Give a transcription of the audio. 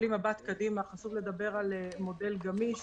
מסתכלים במבט קדימה, חשוב לדבר על מודל גמיש